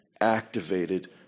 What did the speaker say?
activated